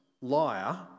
liar